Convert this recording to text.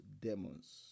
demons